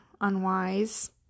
unwise